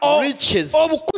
riches